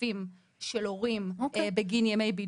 כספי הורים בגין ימי בידוד.